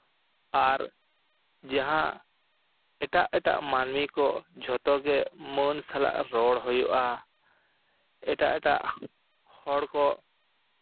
ᱟᱨ ᱡᱟᱦᱟᱸ ᱮᱴᱟᱜ ᱮᱴᱟᱜ ᱢᱟᱹᱱᱢᱤ ᱠᱚ ᱡᱷᱚᱛᱚ ᱜᱮ ᱢᱟᱹᱱ ᱥᱟᱞᱟᱜ ᱨᱚᱲ ᱦᱩᱭᱩᱜᱼᱟ ᱮᱴᱟᱜ ᱮᱴᱟᱜ ᱦᱚᱲ ᱠᱚ